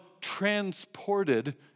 transported